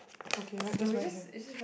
okay write just write here